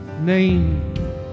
name